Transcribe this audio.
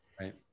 right